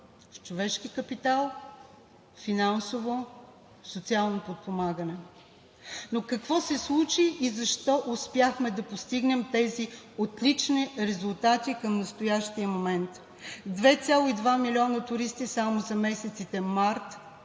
човешки капитал, финансово и социално подпомагане. Но какво се случи и защо успяхме да постигнем тези отлични резултати към настоящия момент – 2,2 милиона туристи само за месеците май,